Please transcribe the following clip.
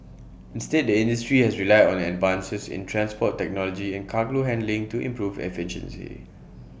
instead the industry has relied on advances in transport technology and cargo handling to improve efficiency